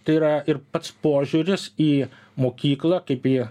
tai yra ir pats požiūris į mokyklą kaip į